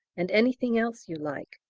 and anything else you like!